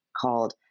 called